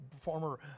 former